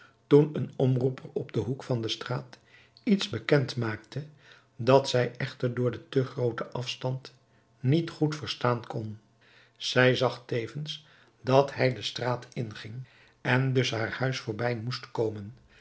toen een omroeper op den hoek van de straat iets bekend maakte dat zij echter door den te grooten afstand niet goed verstaan kon zij zag tevens dat hij de straat inging en dus haar huis voorbij moest komen